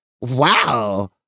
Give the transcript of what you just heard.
Wow